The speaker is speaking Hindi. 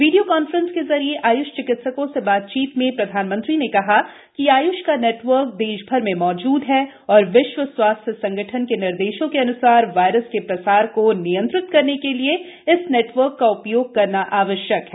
वीडियो कॉन्फ्रेंस के जरिए आय्ष चिकित्सकों से बातचीत में प्रधानमंत्री ने कहा कि आय्ष का नेटवर्क देशभर में मौजूद है और विश्व स्वास्थ्य संगठन के निर्देशों के अन्सार वायरस के प्रसार को नियंत्रित करने के लिए इस नेटवर्क का उपयोग करना आवश्यक है